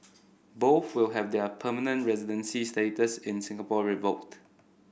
both will have their permanent residency status in Singapore revoked